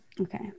Okay